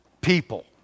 people